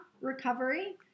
recovery